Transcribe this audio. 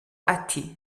ati